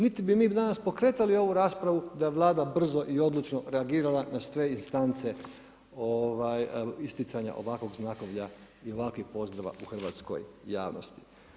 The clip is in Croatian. Niti bi mi danas pokretali ovu raspravu, da je Vlada brzo i odlučno reagirala na sve instance isticanja ovakvog znakovlja i ovakvih pozdrava u hrvatskoj javnosti.